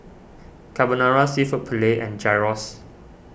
Carbonara Seafood Paella and Gyros